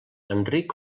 enric